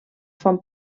font